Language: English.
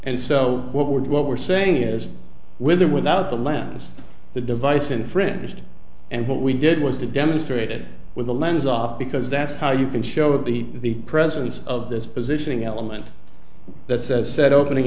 and so what we're what we're saying is with or without the lantus the device infringed and what we did was to demonstrate it with the lens off because that's how you can show the presence of this positioning element that says set opening